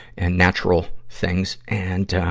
and natural things. and,